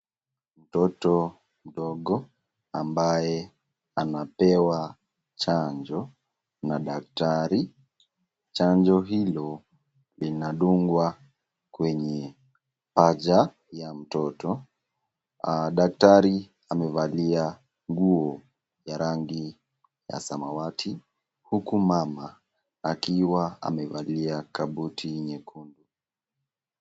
Mtoto mdogo ambaye anapewa chanjo na daktari, chanjo hilo linadungwa kwenye paja ya mtoto . Daktari amevalia nguo ya rangi ya samawati . Huku mama akiwa amevalia kagoti nyekundu.